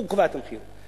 הוא קבע את המחיר.